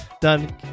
done